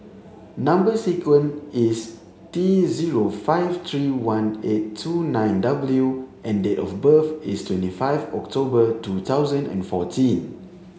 number sequence is T zero five three one eight two nine W and date of birth is twenty five October two thousand and fourteen